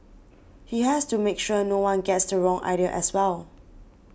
he has to make sure no one gets the wrong idea as well